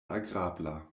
agrabla